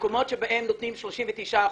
במקומות שבהם נותנים 39%,